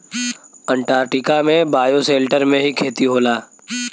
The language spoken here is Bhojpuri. अंटार्टिका में बायोसेल्टर में ही खेती होला